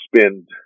spend